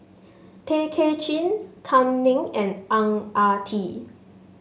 Tay Kay Chin Kam Ning and Ang Ah Tee